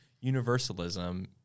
universalism